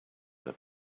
let